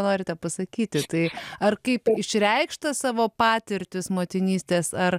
norite pasakyti tai ar kaip išreikšt tą savo patirtis motinystės ar